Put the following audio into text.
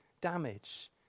damage